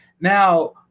Now